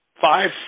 five